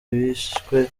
yishwe